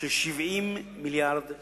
של 70 מיליארד שקל,